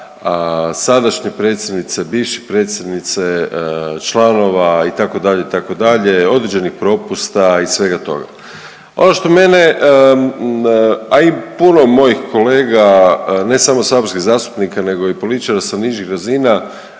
sadašnje predsjednice, bivše predsjednice, članova itd., itd., određenih propusta i svega toga. Ono što mene, a i puno mojih kolega ne samo saborskih zastupnika nego i političara sa nižih razina